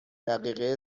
دقیقه